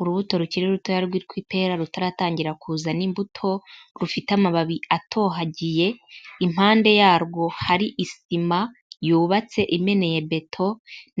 Urubuto rukiri rutoya rwitwa ipera rutaratangira kuzana imbuto, rufite amababi atohagiye, impande yarwo hari isima, yubatse imeneye beto,